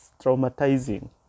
Traumatizing